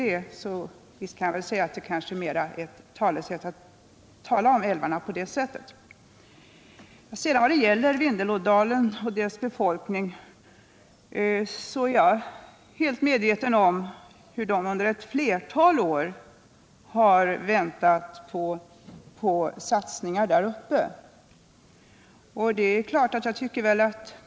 89 Jag kan därför medge att det kanske mera är ett talesätt när man beskriver älvarna på det sättet. När det sedan gäller Vindelådalen är jag helt medveten om att befolkningen där uppe under ett flertal år har väntat på att satsningar skulle göras.